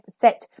set